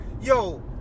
yo